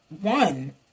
one